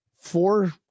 Four